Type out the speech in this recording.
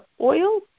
oil